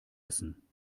essen